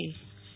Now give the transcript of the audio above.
Nehal Thakkar